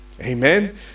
Amen